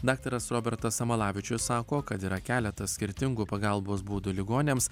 daktaras robertas samalavičius sako kad yra keletas skirtingų pagalbos būdų ligoniams